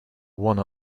one